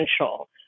essential